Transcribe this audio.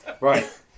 Right